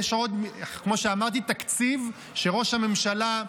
כמו שאמרתי, יש עוד תקציב שראש הממשלה,